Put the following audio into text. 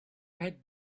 red